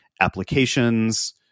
applications